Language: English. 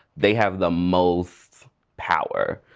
they have the most power.